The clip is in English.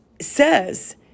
says